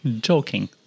Joking